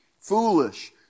foolish